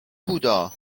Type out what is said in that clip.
بودا